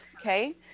Okay